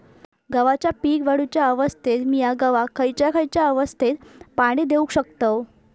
गव्हाच्या पीक वाढीच्या अवस्थेत मिया गव्हाक खैयचा खैयचा अवस्थेत पाणी देउक शकताव?